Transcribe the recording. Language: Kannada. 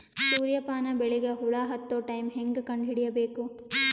ಸೂರ್ಯ ಪಾನ ಬೆಳಿಗ ಹುಳ ಹತ್ತೊ ಟೈಮ ಹೇಂಗ ಕಂಡ ಹಿಡಿಯಬೇಕು?